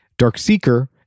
Darkseeker